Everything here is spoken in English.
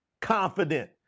confident